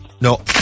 No